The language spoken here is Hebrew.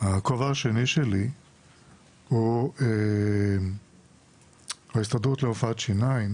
השני שלי הוא ההסתדרות לרפואת שיניים